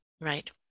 right